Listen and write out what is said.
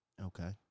okay